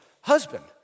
husband